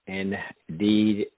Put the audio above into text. indeed